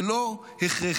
זה לא הכרחי,